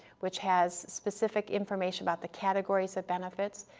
which has specific information about the categories of benefits,